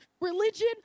religion